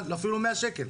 אפילו לא 100 שקל.